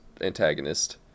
antagonist